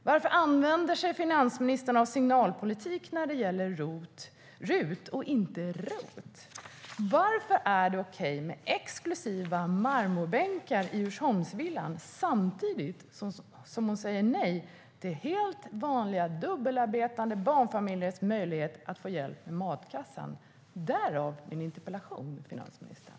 Varför använder sig finansministern av signalpolitik när det gäller RUT och inte ROT? Varför är det okej med exklusiva marmorbänkar i Djursholmsvillan samtidigt som hon säger nej till helt vanliga dubbelarbetande barnfamiljers möjlighet att få hjälp med matkassen? Därav min interpellation, finansministern.